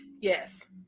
Yes